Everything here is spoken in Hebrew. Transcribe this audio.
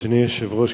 אדוני היושב-ראש,